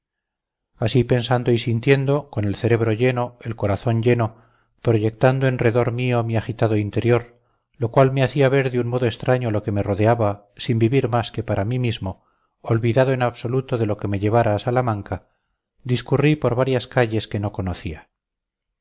así pensando y sintiendo con el cerebro lleno el corazón lleno proyectando en redor mío mi agitado interior lo cual me hacía ver de un modo extraño lo que me rodeaba sin vivir más que para mí mismo olvidado en absoluto lo que me llevara a salamanca discurrí por varias calles que no conocía